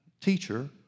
teacher